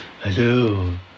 Hello